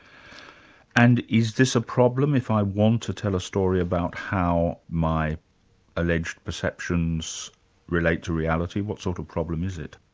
and is this a problem? if i want to tell a story about how my alleged perceptions relate to reality? what sort of problem is it?